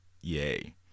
Yay